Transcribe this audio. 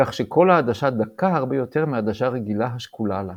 כך שכל העדשה דקה הרבה יותר מעדשה רגילה השקולה לה.